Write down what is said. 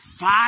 Five